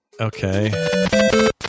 Okay